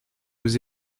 aux